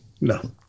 No